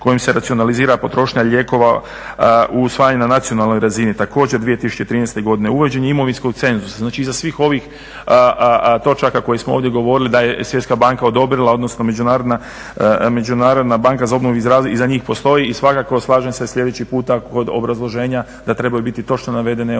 kojim se racionalizira potrošnja lijekova usvajan na nacionalnoj razini. Također 2013. godine. Uvođenje imovinskog cenzusa. Znači iza svih ovih točaka koje smo ovdje govorili da je Svjetska banka odobrila, odnosno Međunarodna banka za obnovu i razvoj iza njih postoji i svakako slažem se sljedeći puta kod obrazloženja da trebaju biti točno navedene određene